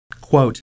Quote